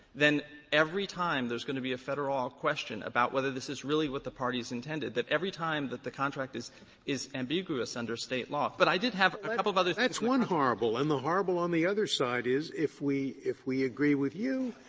then every time there's going to be a federal question about whether this is really what the parties intended, that every time that the contract is is ambiguous under state law. but i did have a couple of other things scalia that's one horrible, and the horrible on the other side is if we if we agree with you,